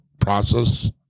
process